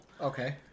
Okay